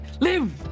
live